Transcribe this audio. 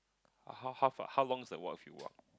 how how far how long is the walk if you walk